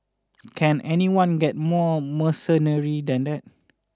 can anyone get more mercenary than that